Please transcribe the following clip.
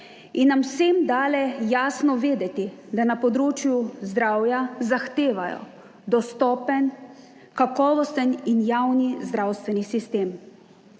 in nam vsem dale jasno vedeti, da na področju zdravja zahtevajo dostopen, kakovosten in javni zdravstveni sistem.